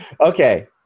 okay